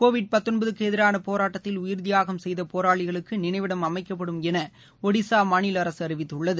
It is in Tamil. கோவிட் க்கு எதிரான போராட்டத்தில் உயிா்த்தியாகம் செய்த போராளிகளுக்கு நினைவிடம் அமைக்கப்படும் என ஒடிஸா மாநில அரசு அறிவித்துள்ளது